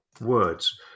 words